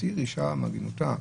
להתיר אישה מעגינותה.